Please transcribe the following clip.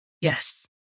Yes